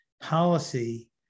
policy